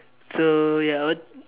so ya what